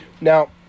Now